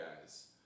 guys